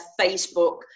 Facebook